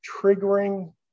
triggering